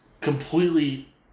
completely